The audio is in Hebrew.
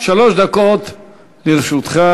שלוש דקות לרשותך,